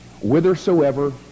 whithersoever